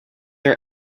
are